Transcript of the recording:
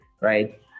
right